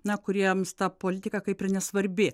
na kuriems ta politika kaip ir nesvarbi